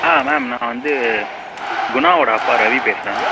ஆ ma'am நான் வந்து குணாவோட அப்பா ரவி பேசுகிறேன்